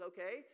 Okay